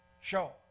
show